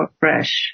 fresh